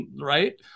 right